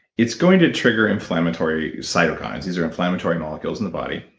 it's going to trigger inflammatory cytokines. these are inflammatory molecules in the body,